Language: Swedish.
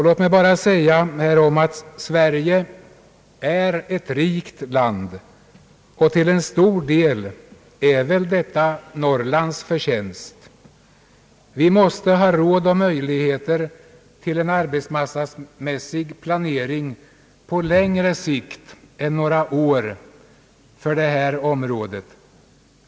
Låt mig bara härom anföra att Sverige är ett rikt land, och till stor del är väl detta Norrlands förtjänst. Vi måste ha råd och möjligheter till en arbetsmarknadsmässig planering på längre sikt än några år på detta område.